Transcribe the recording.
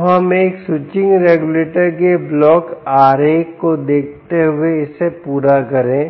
तो हम एक स्विचिंग रेगुलेटर के ब्लॉक आरेख को दिखाते हुए इसे पूरा करें